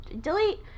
delete